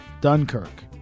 Dunkirk